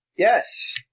Yes